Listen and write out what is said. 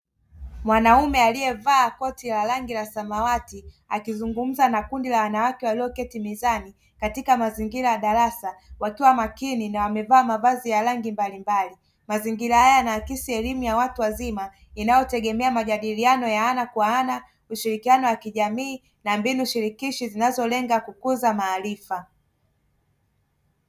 Mwanaume aliyevaa koti la rangi la samawati akizungumza na kundi la wanawake walioketi mezani katika mazingira ya darasa wakiwa makini na wamevaa mavazi ya rangi mbalimbali. Mazingira haya yanaakisi elimu ya watu wazima, inayotegemea majadiliano ya ana kwa ana, ushirikiano wa kijamii na mbinu shirikishi zinazolenga kukuza maarifa.